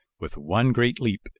with one great leap,